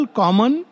common